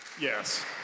Yes